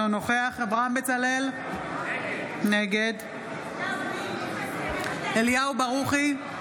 אינו נוכח אברהם בצלאל, נגד אליהו ברוכי,